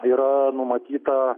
yra numatyta